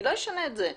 אני לא אשנה את זה.